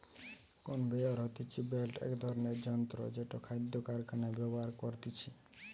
conveyor হতিছে belt এক ধরণের যন্ত্র জেটো খাদ্য কারখানায় ব্যবহার করতিছে